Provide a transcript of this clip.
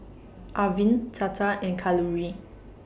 Arvind Tata and Kalluri